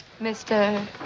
mr